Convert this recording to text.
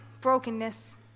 brokenness